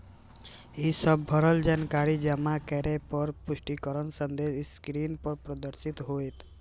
ई सब भरल जानकारी जमा करै पर पुष्टिकरण संदेश स्क्रीन पर प्रदर्शित होयत